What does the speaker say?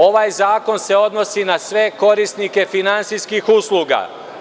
Ovaj zakon se odnosi na sve korisnike finansijskih usluga.